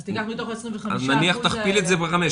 אז תיקח מתוך ה-25% האלה --- תכפילי את זה בחמש,